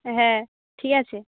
হ্যাঁ ঠিক আছে